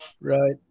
Right